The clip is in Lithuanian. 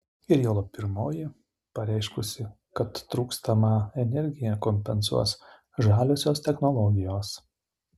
ir juolab pirmoji pareiškusi kad trūkstamą energiją kompensuos žaliosios technologijos